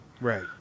Right